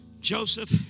Joseph